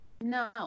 No